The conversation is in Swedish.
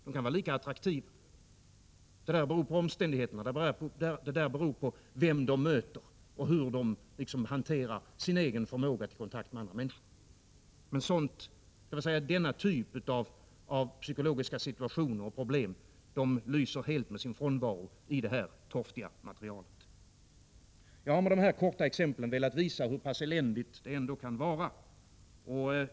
De kan vara lika attraktiva som veckotidningsidealen. Det där beror på omständigheterna, på vem de möter och hur de så att säga hanterar sin egen förmåga till kontakt med andra människor. Denna typ av psykologiska situationer och problem lyser helt med sin frånvaro i detta torftiga material. Jag har med dessa korta exempel velat visa hur pass eländigt det kan vara.